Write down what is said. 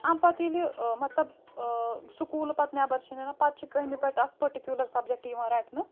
اَمہِ پَتہٕ ییٚلہِ مطلب سکوٗلہٕ پَتہٕ نٮ۪بَر چھِ نیران پَتہٕ چھِ کٔہمہِ پٮ۪ٹھ اَکھ پٔٹِکیوٗلَر سَبجَکٹ یِوان رَٹنہٕ